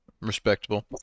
Respectable